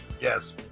Yes